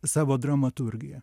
savo dramaturgiją